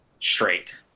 straight